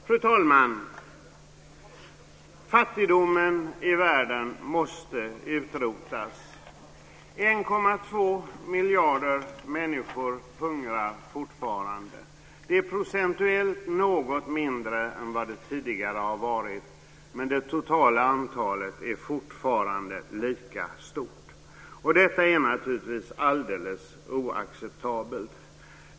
Fru talman! Fattigdomen i världen måste utrotas. 1,2 miljarder människor hungrar fortfarande. Det är procentuellt något mindre än vad det tidigare har varit, men det totala antalet är fortfarande lika stort. Detta är naturligtvis alldeles oacceptabelt.